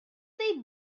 they